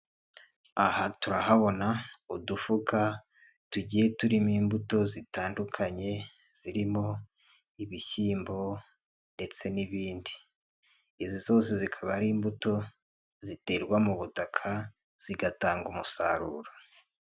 Aha turahabona udufuka tugiye turimo imbuto zitandukanye zirimo ibishyimbo ndetse n'ibindi zose zikaba ari imbuto ziterwa mu butaka zigatanga umusaruro.